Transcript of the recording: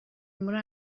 muri